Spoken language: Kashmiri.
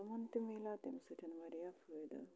تِمن تہِ مِلیو تَمہِ سۭتۍ وارِیاہ فٲیدٕ